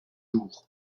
jours